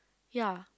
ya